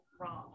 wrong